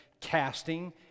Casting